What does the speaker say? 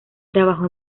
trabajó